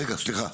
רגע, סליחה.